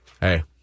Hey